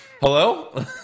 Hello